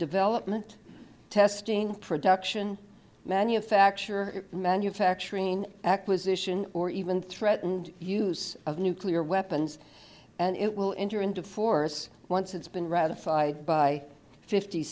development testing production manufacture and manufacturing acquisition or even threatened use of nuclear weapons and it will enter into force once it's been ratified by fifty